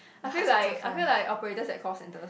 I feel like I feel like operators at call centres